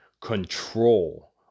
control